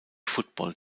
football